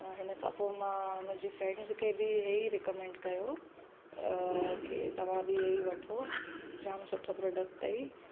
हिन खां पोइ मां मुंहिंजी फ्रेंड्स खे बि हे ई रिकमेंड कयो की तव्हां बि इहा ई वठो जामु सुठो प्रोडक्ट अथई